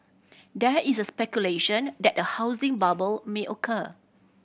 there is a speculation that a housing bubble may occur